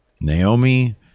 Naomi